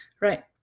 Right